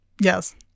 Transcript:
Yes